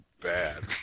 bad